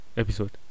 episode